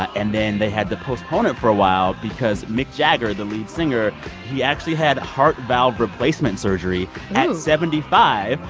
and then they had to postpone it for a while because mick jagger, the lead singer he actually had heart valve replacement surgery at seventy five.